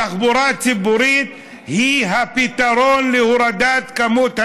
תחבורה ציבורית היא הפתרון להורדת מספר הנפגעים,